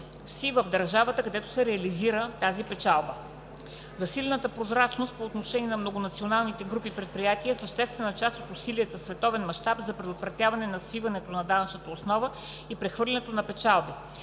в държавата, където е реализирана печалбата. Засилената прозрачност по отношение на многонационалните групи предприятия е съществена част от усилията в световен мащаб за предотвратяване на свиването на данъчната основа и прехвърлянето на печалби.